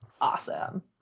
awesome